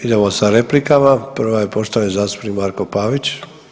Idemo sa replikama, prva je poštovani zastupnik Marko Pavić.